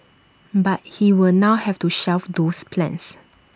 but he will now have to shelve those plans